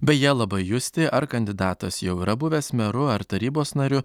beje labai justi ar kandidatas jau yra buvęs meru ar tarybos nariu